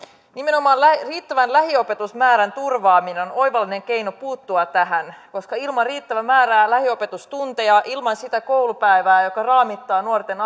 nimenomaan riittävän lähiopetusmäärän turvaaminen on on oivallinen keino puuttua tähän koska ilman riittävää määrää lähiopetustunteja ilman sitä koulupäivää joka raamittaa nuorten